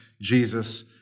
Jesus